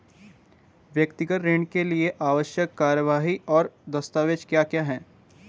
व्यक्तिगत ऋण के लिए आवश्यक कार्यवाही और दस्तावेज़ क्या क्या हैं?